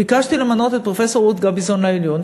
ביקשתי למנות את פרופסור רות גביזון לעליון,